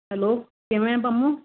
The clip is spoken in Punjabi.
ਹੈਲੋ ਕਿਵੇਂ ਹੈ ਪੰਮੋ